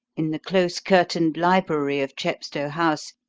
in the close-curtained library of chepstow house,